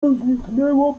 zniknęła